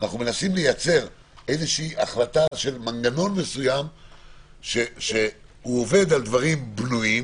אנחנו מנסים לייצר החלטה של מנגנון מסוים שעובד על דברים בנויים.